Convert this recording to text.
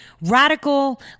radical